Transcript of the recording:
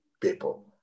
people